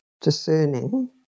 discerning